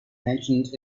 mentioned